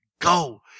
go